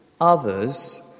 others